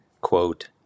Quote